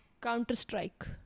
Counter-strike